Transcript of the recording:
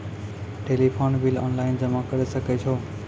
Telephone bill online जमा करै सकै छौ?